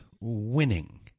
winning